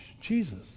Jesus